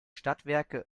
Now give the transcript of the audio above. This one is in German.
stadtwerke